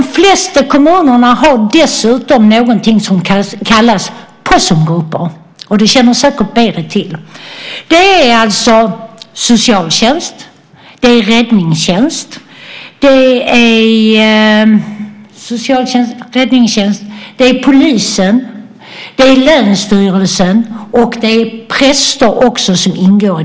De flesta kommuner har dessutom någonting som kallas Posomgrupper - det känner säkert Berit till - där socialtjänst, räddningstjänst, polis, länsstyrelse och präster ingår.